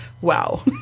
Wow